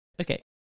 Okay